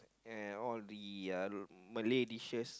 and all the uh Malay dishes